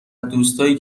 دوستایی